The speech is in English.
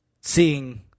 seeing